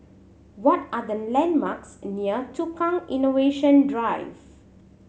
what are the landmarks near Tukang Innovation Drive